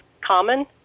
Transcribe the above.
common